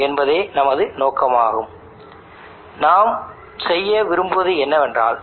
panel வழியாக பாயும் கரண்டை Im மதிப்புக்கு அமைக்க வேண்டும் என்பதை நாம் காண விரும்புகிறோம்